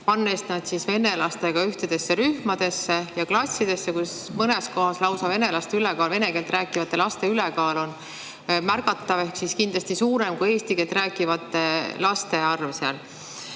pannes nad venelastega ühtedesse rühmadesse ja klassidesse, kus mõnes kohas on vene keelt rääkivate laste ülekaal lausa märgatav ehk siis kindlasti suurem kui eesti keelt rääkivate laste arv.